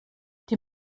die